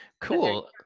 Cool